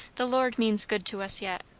the lord means good to us yet.